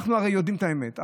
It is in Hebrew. ואנחנו הרי יודעים את האמת.